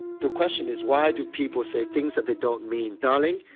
the question is why do people say things that they don't mean? darling,